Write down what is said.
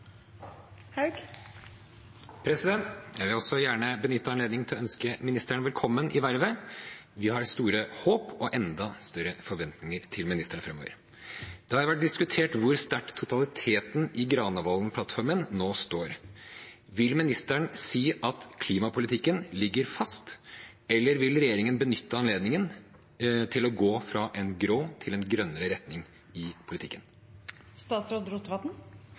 Jeg vil også gjerne benytte anledningen til å ønske ministeren velkommen i vervet. Vi har store håp og enda større forventninger til ministeren fremover. Det har vært diskutert hvor sterkt totaliteten i Granavolden-plattformen nå står. Vil ministeren si at klimapolitikken ligger fast, eller vil regjeringen benytte anledningen til å gå fra en grå til en grønnere retning i politikken?